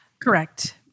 Correct